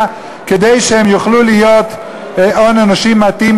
כדי שהם יוכלו להיות הון אנושי מתאים,